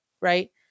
Right